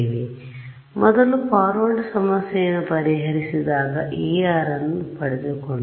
ಆದ್ದರಿಂದ ಮೊದಲು ಫಾರ್ವರ್ಡ್ ಸಮಸ್ಯೆಯನ್ನು ಪರಿಹರಿಸಿದಾಗ E ಅನ್ನು ಪಡೆದುಕೊಂಡೆ